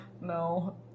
No